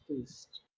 first